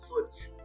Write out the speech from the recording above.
foods